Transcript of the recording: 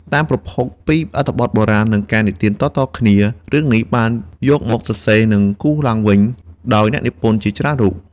តាមប្រភពពីអត្ថបទបុរាណនិងការនិទានតៗគ្នា រឿងនេះត្រូវបានយកមកសរសេរនិងគូររូបឡើងវិញដោយអ្នកនិពន្ធជាច្រើនរូប។